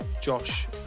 Josh